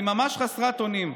אני ממש חסרת אונים,